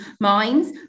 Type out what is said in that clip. minds